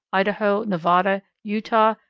idaho, nevada, utah,